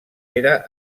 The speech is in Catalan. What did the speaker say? era